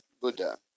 Buddha